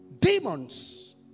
demons